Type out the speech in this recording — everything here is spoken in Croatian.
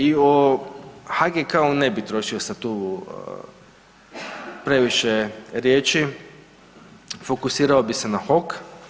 I o HGK-u ne bi trošio sad tu previše riječi, fokusirao bi se na HOK.